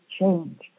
change